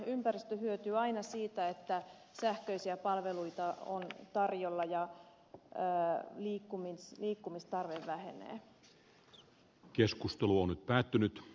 ympäristö hyötyy aina siitä että sähköisiä palveluita on tarjolla ja liikkumistarve vähenee